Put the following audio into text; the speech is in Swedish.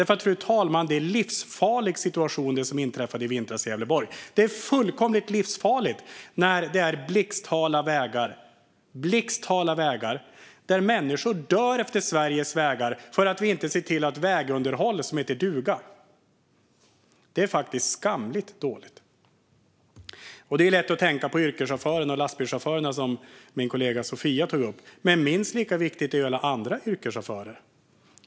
Fru talman! Det var en livsfarlig situation i vintras i Gävleborg. Det är fullkomligt livsfarligt när det är blixthala vägar. Människor dör utefter Sveriges vägar för att vi inte ser till att ha ett vägunderhåll som heter duga. Det är faktiskt skamligt dåligt. Det är lätt att tänka på yrkeschaufförerna som är lastbilschaufförer, som min kollega Sofia tog upp. Men minst lika viktiga är alla andra yrkeschaufförer.